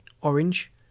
orange